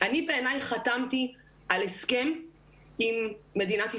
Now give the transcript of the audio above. אני בעיניי חתמתי על הסכם עם מדינת ישראל.